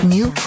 New